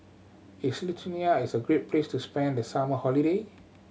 is Lithuania a great place to spend the summer holiday